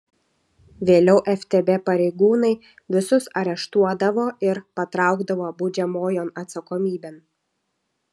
vėliau ftb pareigūnai visus areštuodavo ir patraukdavo baudžiamojon atsakomybėn